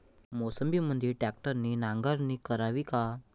मोसंबीमंदी ट्रॅक्टरने नांगरणी करावी का?